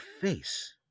face